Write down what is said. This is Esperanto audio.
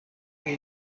kaj